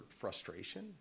frustration